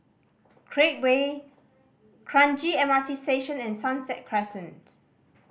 Create Way Kranji M R T Station and Sunset Crescent